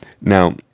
Now